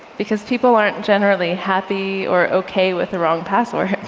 because people aren't generally happy or ok with the wrong password.